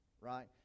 Right